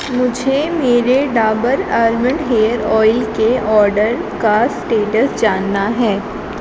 مجھے میرے Dabur almond hair oil کے آرڈر کا اسٹیٹس جاننا ہے